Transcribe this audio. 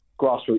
grassroots